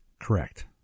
Correct